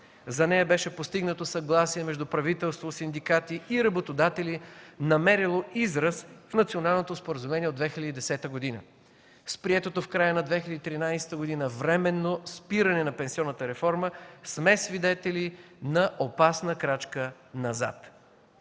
За нея беше постигнато съгласие между правителство, синдикати и работодатели, намерило израз в Националното споразумение от 2010 г. С приетото в края на 2013 г. временно спиране на пенсионната реформа сме свидетели на опасна крачка назад.